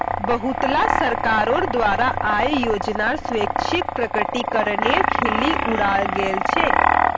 बहुतला सरकारोंर द्वारा आय योजनार स्वैच्छिक प्रकटीकरनेर खिल्ली उडाल गेल छे